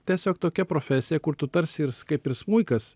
tiesiog tokia profesija kur tu tarsi ir kaip ir smuikas